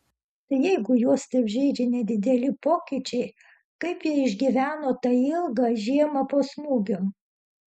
tai jeigu juos taip žeidžia nedideli pokyčiai kaip jie išgyveno tą ilgą žiemą po smūgio